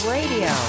Radio